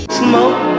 smoke